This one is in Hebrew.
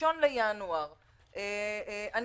ב-1 בינואר אני,